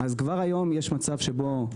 כבר היום יש מצב שבו,